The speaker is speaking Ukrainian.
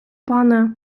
пане